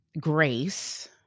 grace